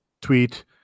tweet